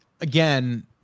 again